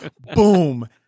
Boom